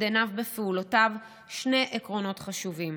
עיניו בפעולותיו שני עקרונות חשובים: